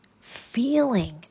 feeling